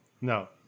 No